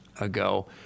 ago